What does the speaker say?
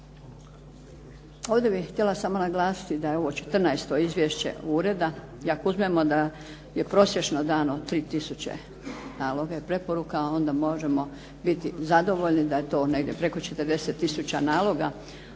Ovdje bih htjela samo naglasiti da je ovo 14. izvješće ureda i ako uzmemo da je prosječno dano 3000 naloga i preporuka, onda možemo biti zadovoljni da je to negdje preko 40 tisuća naloga,